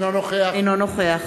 אינו נוכח